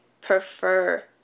prefer